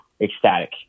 ecstatic